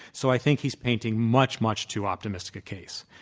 so i think he is painting much, much too optimistic a case.